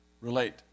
relate